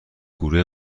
گروه